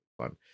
Fun